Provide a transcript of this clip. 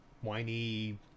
whiny